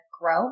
grow